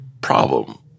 problem